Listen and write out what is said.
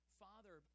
father